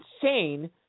insane